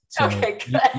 Okay